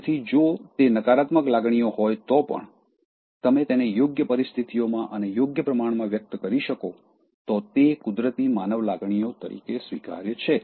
તેથી જો તે નકારાત્મક લાગણીઓ હોય તો પણ તમે તેને યોગ્ય પરિસ્થિતિઓમાં અને યોગ્ય પ્રમાણમાં વ્યક્ત કરી શકો તો તે કુદરતી માનવ લાગણીઓ તરીકે સ્વીકાર્ય છે